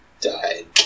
died